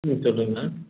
ம் சொல்லுங்கண்ணா